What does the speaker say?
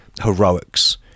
heroics